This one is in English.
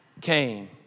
came